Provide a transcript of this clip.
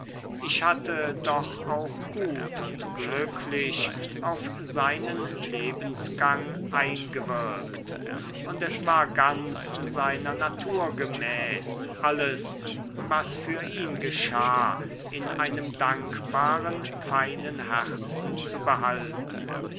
ich hatte doch auch gut und glücklich auf seinen lebensgang eingewirkt und es war ganz seiner natur gemäß alles was für ihn geschah in einem dankbaren feinen herzen zu behalten